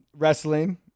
wrestling